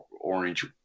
orange